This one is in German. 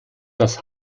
das